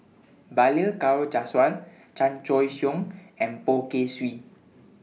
Balli Kaur Jaswal Chan Choy Siong and Poh Kay Swee